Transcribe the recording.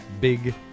big